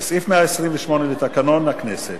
סעיף 128 לתקנון הכנסת,